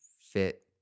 fit